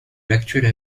l’actuelle